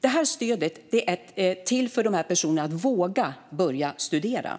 Det är till för dessa personer så att de vågar börja studera.